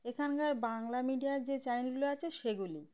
এখানকার বাংলা মিডিয়ার যে চ্যানেলগুলো আছে সেগুলি